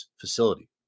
facility